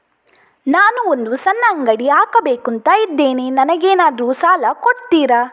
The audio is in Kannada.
ನಾನು ಒಂದು ಸಣ್ಣ ಅಂಗಡಿ ಹಾಕಬೇಕುಂತ ಇದ್ದೇನೆ ನಂಗೇನಾದ್ರು ಸಾಲ ಕೊಡ್ತೀರಾ?